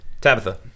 Tabitha